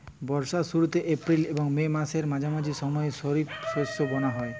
বর্ষার শুরুতে এপ্রিল এবং মে মাসের মাঝামাঝি সময়ে খরিপ শস্য বোনা হয়